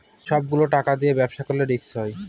সব গুলো টাকা দিয়ে ব্যবসা করলে রিস্ক হয়